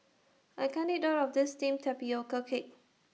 I can't eat All of This Steamed Tapioca Cake